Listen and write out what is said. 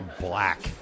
Black